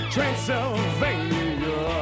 Transylvania